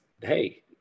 hey